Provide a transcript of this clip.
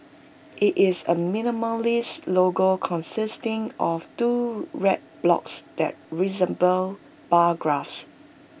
IT is A minimalist logo consisting of two red blocks that resemble bar graphs